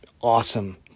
Awesome